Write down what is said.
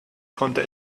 konnte